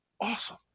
awesome